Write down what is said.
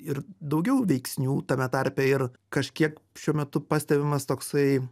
ir daugiau veiksnių tame tarpe ir kažkiek šiuo metu pastebimas toksai